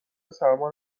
سرما